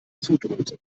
zudröhnte